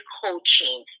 coaching